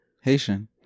Haitian